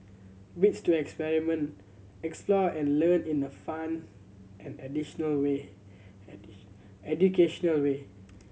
bits to experiment explore and learn in a fun and additional way educational way